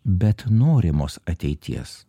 bet norimos ateities